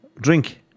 Drink